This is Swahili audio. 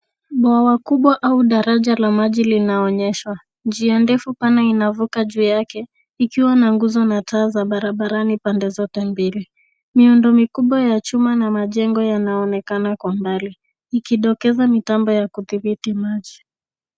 Bwawa kubwa au daraja la maji linaonyeshwa. Njia ndefu pana inavuka juu yake ikiwa na nguzo na taa za barabarani pande zote mbili. Miundo mikubwa ya chuma na majengo yanaonekana kwa mbali ikidokeza mitambo ya kudhibiti maji.